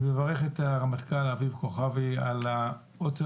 אני מברך את הרמטכ"ל אביב כוכבי על העוצר